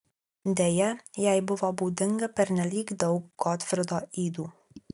deja jai buvo būdinga pernelyg daug gotfrido ydų